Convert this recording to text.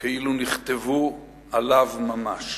כאילו נכתבו עליו ממש.